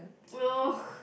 ugh